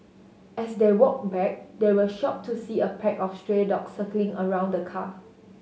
as they walked back they were shocked to see a pack of stray dogs circling around the car